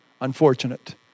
Unfortunate